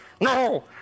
no